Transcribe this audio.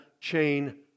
chain